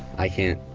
i can't.